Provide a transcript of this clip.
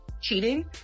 Cheating